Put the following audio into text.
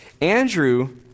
Andrew